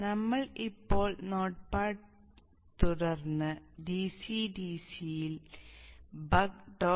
നമ്മൾ ഇപ്പോൾ notepad തുറന്ന് DC DC യിൽ buck